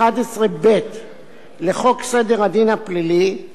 לחוק סדר הדין הפלילי (סמכויות אכיפה,